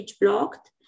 blocked